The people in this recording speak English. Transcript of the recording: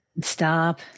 Stop